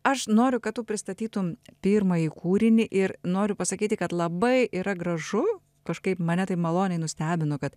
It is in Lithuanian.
aš noriu kad tu pristatytum pirmąjį kūrinį ir noriu pasakyti kad labai yra gražu kažkaip mane tai maloniai nustebino kad